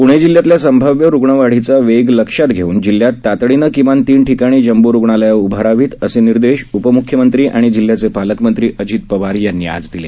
प्णे जिल्ह्यातल्या संभाव्य रुग्णवाढीचा वेग लक्षात घेऊन जिल्ह्यात तातडीनं किमान तीन ठिकाणी जम्बो रुग्णालयं उभारावीत असे निर्देश उपम्ख्यमंत्री आणि जिल्ह्याचे पालकमंत्री अजित पवार यांनी आज दिले